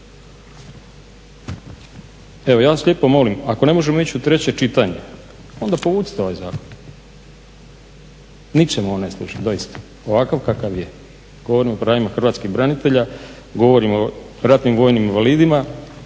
Evo ja vas lijepo molim ako ne možemo ići u treće čitanje, onda povucite ovaj zakon. Ničemu on ne služi, doista ovakav kakav je. Govorim o pravima Hrvatskih branitelja, govorim o ratnim vojnim invalidima.